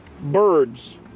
birds